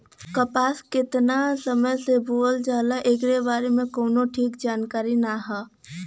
कपास केतना समय से बोअल जाला एकरे बारे में कउनो ठीक जानकारी ना हौ